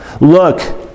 Look